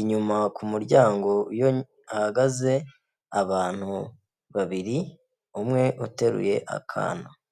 inyuma ku muryango iyo hahagaze abantu babiri, umwe uteruye akana.